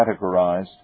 categorized